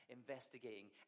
investigating